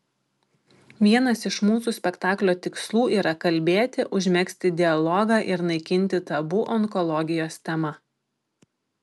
vienas iš mūsų spektaklio tikslų yra kalbėti užmegzti dialogą ir naikinti tabu onkologijos tema